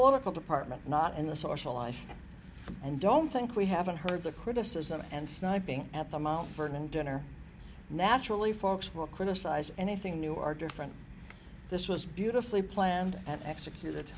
political department not in the social life and don't think we haven't heard the criticism and sniping at the mount vernon dinner naturally folks will criticize anything new or different this was beautifully planned and executed